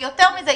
ויותר מזה,